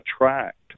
attract